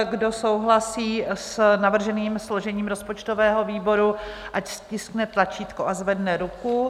Kdo souhlasí s navrženým složením rozpočtového výboru, ať stiskne tlačítko a zvedne ruku.